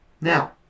Now